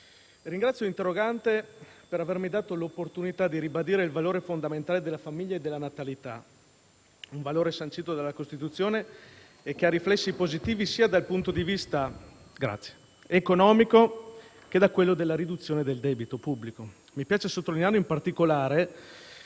ringrazio l'interrogante per avermi dato l'opportunità di ribadire il valore fondamentale della famiglia e della natalità, sancito dalla Costituzione e che ha riflessi positivi sia dal punto di vista economico, che da quello della riduzione del debito pubblico. Mi piace sottolinearlo in particolare